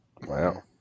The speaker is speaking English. Wow